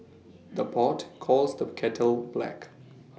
the pot calls the kettle black